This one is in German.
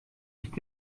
nicht